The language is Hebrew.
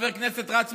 בכנסת.